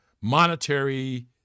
monetary